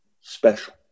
special